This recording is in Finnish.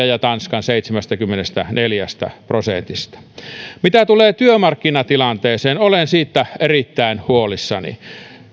ja tanskan seitsemästäkymmenestäneljästä prosentista mitä tulee työmarkkinatilanteeseen olen siitä erittäin huolissani